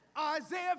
Isaiah